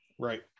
Right